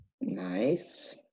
Nice